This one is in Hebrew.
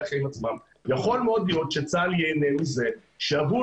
יכול מאוד להיות שצה"ל ייהנה מזה שיביאו